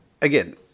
again